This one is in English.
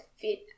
fit